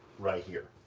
right here,